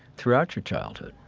throughout your childhood